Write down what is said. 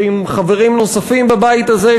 ועם חברים נוספים בבית הזה,